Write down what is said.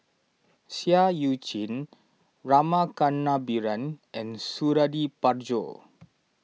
Seah Eu Chin Rama Kannabiran and Suradi Parjo